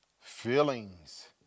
Feelings